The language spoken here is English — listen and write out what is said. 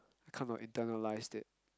kind of internalized it